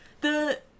the-